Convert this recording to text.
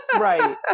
Right